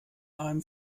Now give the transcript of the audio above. einem